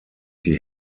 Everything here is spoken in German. die